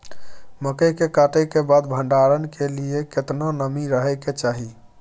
मकई के कटाई के बाद भंडारन के लिए केतना नमी रहै के चाही?